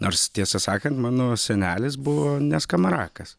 nors tiesą sakant mano senelis buvo ne skamarakas